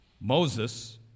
Moses